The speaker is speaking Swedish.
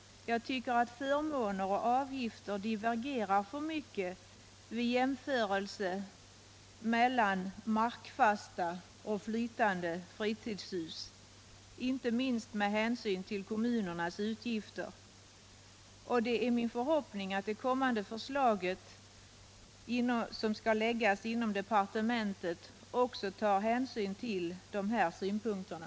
Jag tycker att förmåner och avgifter divergerar för mycket mellan markfasta och ”flytande fritidshus”, inte minst med hänsyn till kommu nernas utgifter. Det är min förhoppning att man i departementets kommande förslag också tar hänsyn till de här synpunkterna.